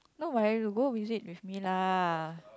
no why go visit with me lah